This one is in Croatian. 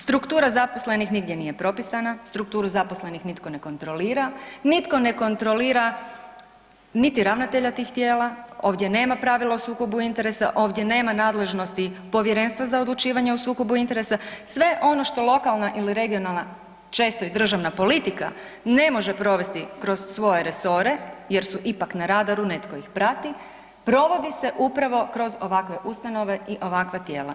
Struktura zaposlenih nigdje nije propisana, strukturu zaposlenih nitko ne kontrolira, nitko ne kontrolira niti ravnatelja tih tijela, ovdje nema pravila o sukobu interesa, ovdje nema nadležnosti Povjerenstva za odlučivanju o sukobu interesa, sve ono što lokalna ili regionalna često i državna politika ne može provesti kroz svoje resore jer su ipak na radaru, netko ih prati, provodi se upravo kroz ovakve ustanove i ovakva tijela.